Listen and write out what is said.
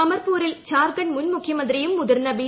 അമർപൂരിൽ ഝാർഖണ്ഡ് മുൻ മുഖ്യമന്ത്രിയും മുതിർന്ന ബി